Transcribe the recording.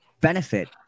benefit